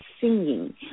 singing